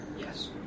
Yes